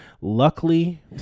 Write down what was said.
luckily